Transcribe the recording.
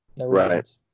Right